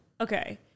okay